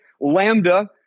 Lambda